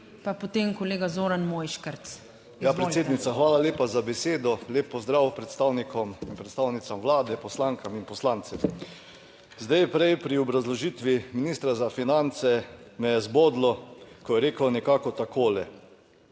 **JOŽEF JELEN (PS SDS):** Ja, predsednica, hvala lepa za besedo. Lep pozdrav predstavnikom in predstavnicam Vlade, poslankam in poslancem! Zdaj, prej pri obrazložitvi ministra za finance me je zbodlo, ko je rekel nekako takole: